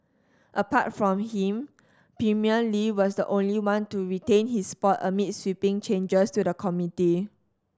apart from him Premier Li was the only one to retain his spot amid sweeping changes to the committee